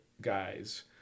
guys